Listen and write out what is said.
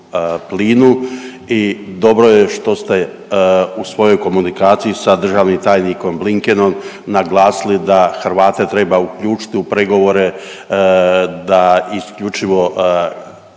plinu i dobro je što ste u svojoj komunikaciji sa državnim tajnikom Blinkenom naglasili da Hrvate treba uključit u pregovore da isključivo